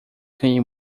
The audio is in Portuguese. ganhei